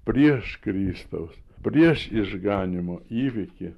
prieš kristaus prieš išganymo įvykį